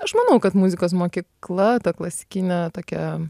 aš manau kad muzikos mokykla ta klasikinė tokia